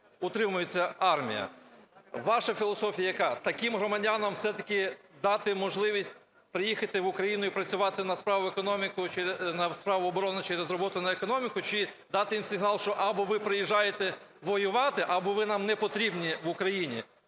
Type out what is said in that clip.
утримується армія. Ваша філософія яка: таким громадянам все-таки дати можливість приїхати в Україну і працювати на справу економіки чи на справу оборони через роботу на економіку, чи дати їм сигнал, що або ви приїжджаєте воювати, або ви нам не потрібні в Україні?